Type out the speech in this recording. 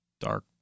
dark